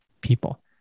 people